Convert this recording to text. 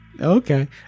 okay